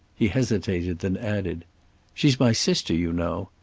he hesitated, then added she's my sister, you know.